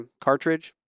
cartridge